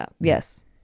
yes